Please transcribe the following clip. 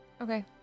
Okay